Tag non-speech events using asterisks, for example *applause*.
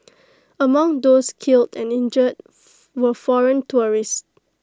among those killed and injured *noise* were foreign tourists